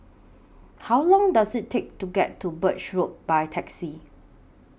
How Long Does IT Take to get to Birch Road By Taxi